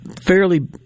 fairly